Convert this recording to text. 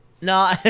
No